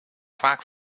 vaak